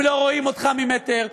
הם לא רואים אותך ממטר,